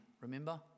Remember